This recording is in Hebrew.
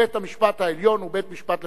בית-המשפט העליון הוא בית-משפט לחוקה,